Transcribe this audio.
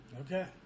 Okay